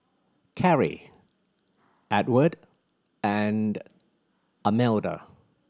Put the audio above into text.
Carri Edward and Almeda